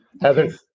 Heather